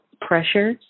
pressure